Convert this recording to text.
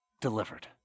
delivered